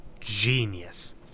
genius